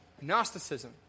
Gnosticism